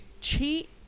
cheat